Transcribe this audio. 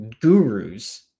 gurus